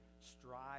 strive